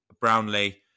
Brownlee